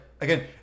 again